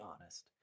honest